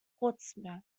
portsmouth